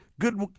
Good